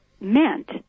meant